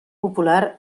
popular